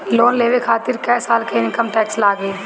Loan लेवे खातिर कै साल के इनकम टैक्स लागी?